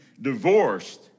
divorced